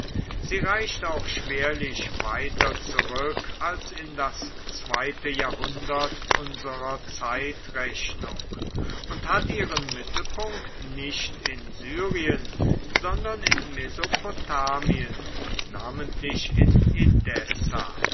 sie reicht auch schwerlich weiter zurück als in das zweite jahrhundert unserer zeitrechnung und hat ihren mittelpunkt nicht in syrien sondern in mesopotamien namentlich in